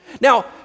Now